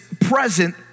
present